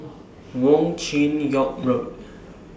Wong Chin Yoke Road